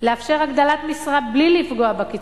לאפשר הגדלת משרה בלי לפגוע בקצבה,